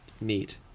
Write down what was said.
neat